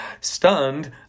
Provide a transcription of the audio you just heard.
Stunned